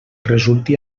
resulti